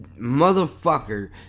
Motherfucker